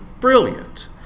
brilliant